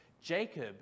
Jacob